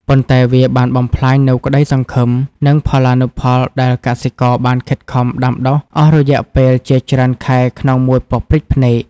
ប៉ុន្តែវាបានបំផ្លាញនូវក្ដីសង្ឃឹម និងផល្លានុផលដែលកសិករបានខិតខំដាំដុះអស់រយៈពេលជាច្រើនខែក្នុងមួយប៉ព្រិចភ្នែក។